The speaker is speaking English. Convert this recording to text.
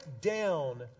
down